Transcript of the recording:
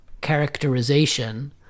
characterization